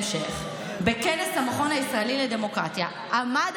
בכנס המכון הישראלי לדמוקרטיה עמד